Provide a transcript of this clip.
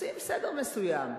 עושים סדר מסוים,